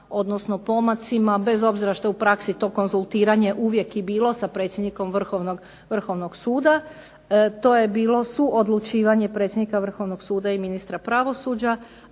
odnosno pomacima bez obzira što je u praksi to konzultiranje uvijek i bilo sa predsjednikom Vrhovnog suda. To je bilo suodlučivanje predsjednika Vrhovnog suda i ministra pravosuđa,